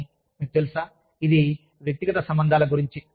కానీ మీకు తెలుసా ఇది వ్యక్తిగత సంబంధాల గురించి